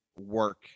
work